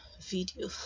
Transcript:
video